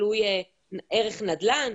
תלוי ערך נדל"ן,